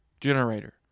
generator